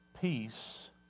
Peace